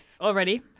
already